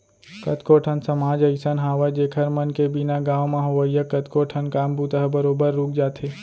कतको ठन समाज अइसन हावय जेखर मन के बिना गाँव म होवइया कतको ठन काम बूता ह बरोबर रुक जाथे